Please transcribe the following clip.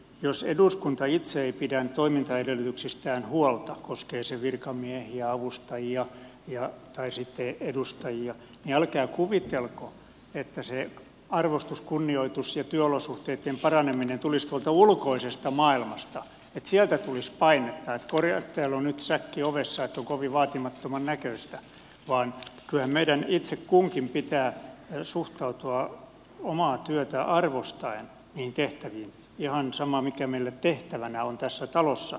jos eduskunta itse ei pidä toimintaedellytyksistään huolta koskee se virkamiehiä avustajia tai sitten edustajia niin älkää kuvitelko että se arvostus kunnioitus ja työolosuhteitten paraneminen tulisi tuolta ulkoisesta maailmasta että sieltä tulisi painetta että täällä on nyt säkki ovessa että on kovin vaatimattoman näköistä vaan kyllä meidän itse kunkin pitää suhtautua omaa työtä arvostaen niihin tehtäviin ihan sama mikä meillä tehtävänä on tässä talossa